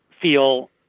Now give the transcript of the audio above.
feel